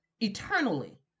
eternally